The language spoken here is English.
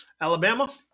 Alabama